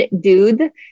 dude